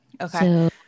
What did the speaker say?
Okay